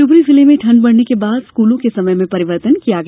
शिवपुरी जिले में ठंड बढ़ने के बाद स्कूलों के समय में परिर्वतन किया गया